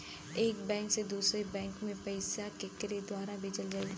एक बैंक से दूसरे बैंक मे पैसा केकरे द्वारा भेजल जाई?